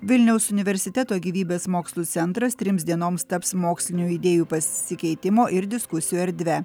vilniaus universiteto gyvybės mokslų centras trims dienoms taps mokslinių idėjų pasikeitimo ir diskusijų erdve